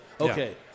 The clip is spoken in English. Okay